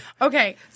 okay